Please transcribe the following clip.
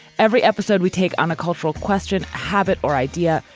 every episode we take on a cultural question, habit or idea.